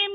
એમ